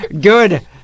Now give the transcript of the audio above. Good